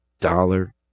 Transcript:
dollar